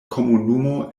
komunumo